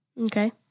Okay